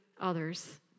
others